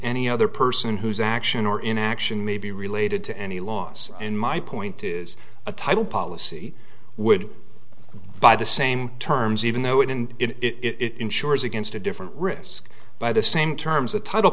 any other person whose action or inaction may be related to any loss in my point is a title policy would by the same terms even though it and it insures against a different risk by the same terms a title